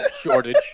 shortage